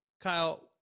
Kyle